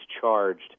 charged